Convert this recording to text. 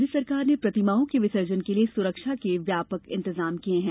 राज्य सरकार ने प्रतिमाओं के विसर्जन के लिए सुरक्षा के व्यापक इंतजाम किए हैं